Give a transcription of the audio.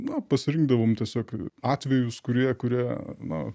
na pasirinkdavom tiesiog atvejus kurie kurie na